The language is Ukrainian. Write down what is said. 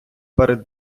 перед